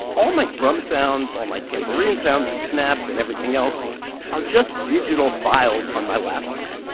all my drum sounds, all my tambourine sounds and snaps and everything else are just digital files on my laptop.